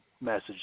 message